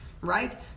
right